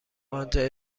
آنجا